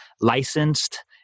licensed